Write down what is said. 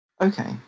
Okay